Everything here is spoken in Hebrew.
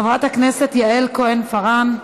חברת הכנסת יעל כהן-פארן,